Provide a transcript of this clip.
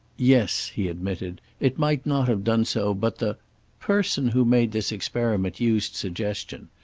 yes, he admitted. it might not have done so, but the person who made this experiment used suggestion.